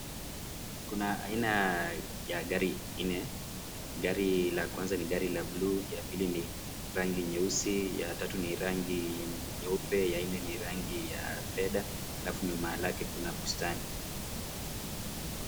Kuna aina ya gari nne ,gari ya kwanza ni rangi la blue ya pili ni nyeusi, ya tatu ni rangi nyeupe ya nne ni rangi ya fedha alafu nyuma yake Kuna bustani